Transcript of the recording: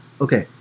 Okay